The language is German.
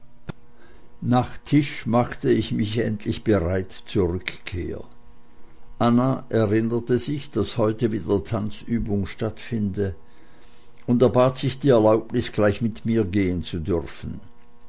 nach tisch machte ich mich endlich bereit zur rückkehr anna erinnerte sich daß heute wieder tanzübung stattfinde und erbat sich die erlaubnis gleich mit mir gehen zu dürfen